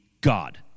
God